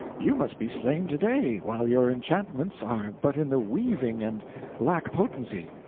you must be slain to-day, while your enchantments are but in the weaving and lack potency.